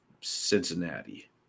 Cincinnati